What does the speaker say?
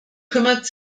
kümmert